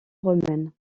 romaine